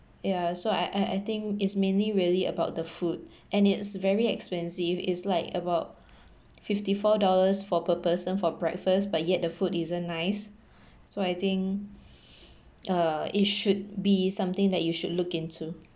ya so I I I think it's mainly really about the food and it's very expensive it's like about fifty four dollars for per person for breakfast but yet the food isn't nice so I think uh it should be something that you should look into